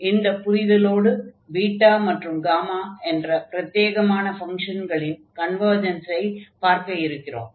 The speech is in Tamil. இந்தப் புரிதலோடு பீட்டா மற்றும் காமா என்ற பிரத்யேகமான ஃபங்ஷன்களின் கன்வர்ஜன்ஸை பார்க்க இருக்கிறோம்